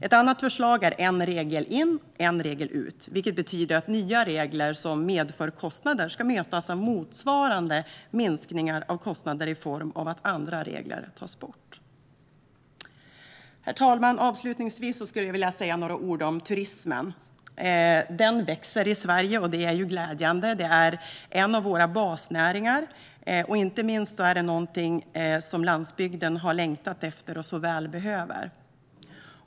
Ett annat förslag är principen om en regel in - en regel ut, vilket betyder att nya regler som medför kostnader ska mötas av motsvarande minskningar av kostnader i form av att andra regler tas bort. Herr talman! Avslutningsvis skulle jag vilja säga några ord om turismen. Den växer i Sverige, och det är glädjande. Den är en av våra basnäringar. Inte minst är det här någonting som landsbygden har längtat efter och så väl behöver.